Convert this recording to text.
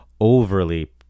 overly